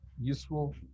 useful